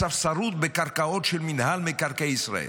הספסרות בקרקעות של מינהל מקרקעי ישראל.